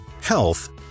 health